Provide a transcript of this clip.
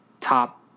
top